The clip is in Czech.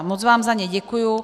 Moc vám za ně děkuji.